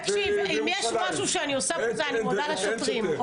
אם יש משהו שאני עושה זה להודות לשוטרים,